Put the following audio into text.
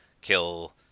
kill